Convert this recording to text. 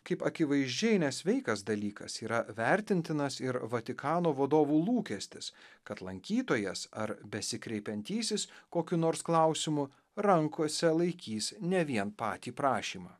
kaip akivaizdžiai nesveikas dalykas yra vertintinas ir vatikano vadovų lūkestis kad lankytojas ar besikreipiantysis kokiu nors klausimu rankose laikys ne vien patį prašymą